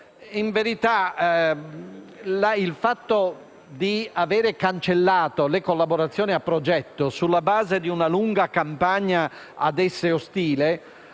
In verità, il fatto di avere cancellato le collaborazioni a progetto sulla base di una lunga campagna ad esse ostile,